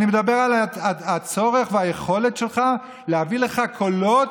אני מדבר על הצורך והיכולת שלך להביא לך קולות.